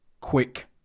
Quick